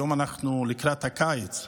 היום אנחנו לקראת הקיץ,